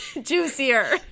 Juicier